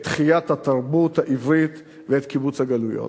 את תחיית התרבות העברית ואת קיבוץ הגלויות.